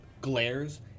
glares